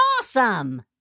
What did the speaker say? awesome